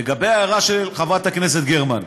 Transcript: לגבי ההערה של חברת הכנסת גרמן,